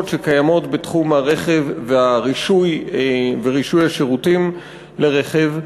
שקיימות בתחום הרכב והרישוי ורישוי השירותים לרכב,